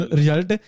result